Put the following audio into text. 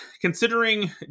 considering